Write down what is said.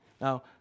Now